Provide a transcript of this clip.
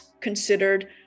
considered